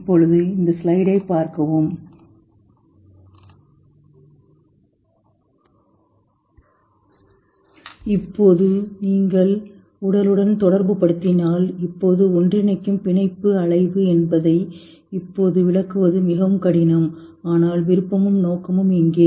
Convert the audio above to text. இப்போது நீங்கள் உடல்டன் தொடர்புபடுத்தினால் இப்போது ஒன்றிணைக்கும் பிணைப்பு அலைவு என்பதை இப்போது விளக்குவது மிகவும் கடினம் ஆனால் விருப்பமும் நோக்கமும் எங்கே